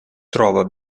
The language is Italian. trova